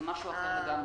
זה משהו אחר לגמרי.